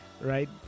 right